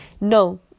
No